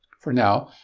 for now,